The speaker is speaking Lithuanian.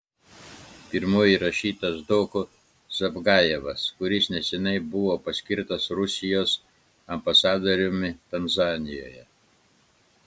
pirmuoju įrašytas doku zavgajevas kuris neseniai buvo paskirtas rusijos ambasadoriumi tanzanijoje